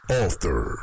author